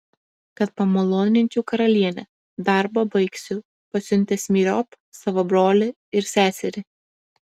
kad pamaloninčiau karalienę darbą baigsiu pasiuntęs myriop savo brolį ir seserį